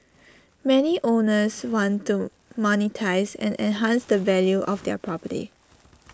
many owners want to monetise and enhance the value of their property